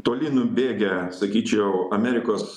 toli nubėgę sakyčiau amerikos